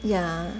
yeah